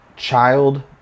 child